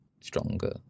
stronger